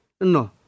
No